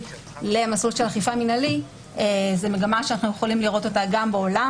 למסלול אכיפה מינהלי ניתן לראותה גם בעולם